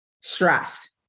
stress